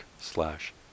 slash